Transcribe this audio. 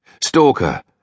Stalker